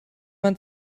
man